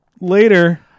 later